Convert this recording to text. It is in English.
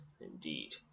indeed